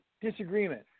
disagreement